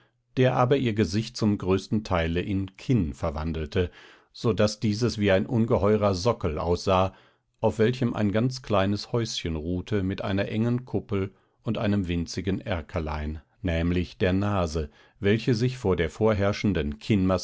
der aber ihr gesicht zum größten teile in kinn verwandelte so daß dieses wie ein ungeheurer sockel aussah auf welchem ein ganz kleines häuschen ruhte mit einer engen kuppel und einem winzigen erkerlein nämlich der nase welche sich vor der vorherrschenden